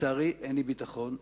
לצערי אין לי ביטחון.